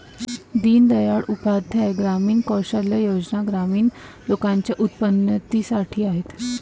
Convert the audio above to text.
दीन दयाल उपाध्याय ग्रामीण कौशल्या योजना ग्रामीण लोकांच्या उन्नतीसाठी आहेत